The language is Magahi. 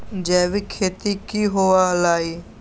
जैविक खेती की हुआ लाई?